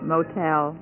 Motel